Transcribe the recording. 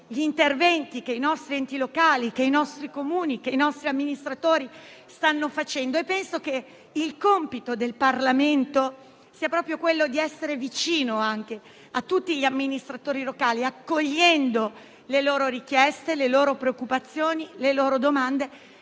gli interventi che i nostri enti locali, Comuni e amministratori stanno facendo. Penso che il compito del Parlamento sia proprio quello di essere vicino a tutti gli amministratori locali, accogliendo le loro richieste, preoccupazioni e domande,